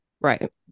Right